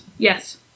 Yes